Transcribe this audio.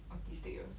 autistic 的